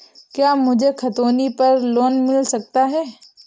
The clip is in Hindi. क्या मुझे खतौनी पर लोन मिल सकता है?